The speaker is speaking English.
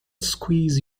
squeeze